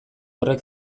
horrek